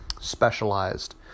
specialized